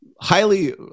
highly